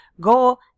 Go